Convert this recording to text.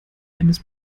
eines